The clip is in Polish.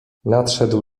nadszedł